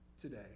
today